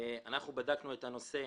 בדקנו את נושא